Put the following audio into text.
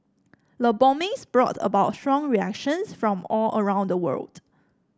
the bombings brought about strong reactions from all around the world